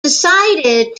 decided